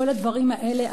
כל הדברים האלה,